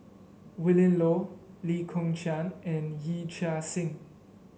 Willin Low Lee Kong Chian and Yee Chia Hsing